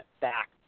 back